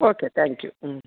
okay thank you ம்